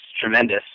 tremendous